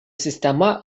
sistema